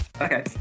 Okay